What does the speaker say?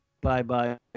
bye-bye